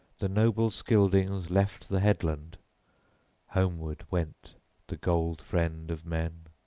the noble scyldings left the headland homeward went the gold-friend of men.